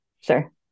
Sure